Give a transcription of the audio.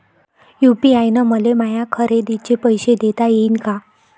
UPI न मले माया खरेदीचे पैसे देता येईन का?